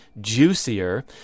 juicier